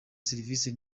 serivisi